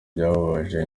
byababaje